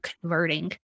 converting